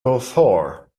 beaufort